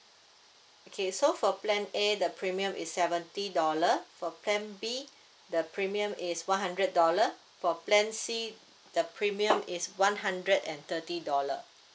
okay so for plan A the premium is seventy dollar for plan B the premium is one hundred dollar for plan C the premium is one hundred and thirty dollar